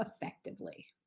effectively